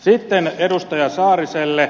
sitten edustaja saariselle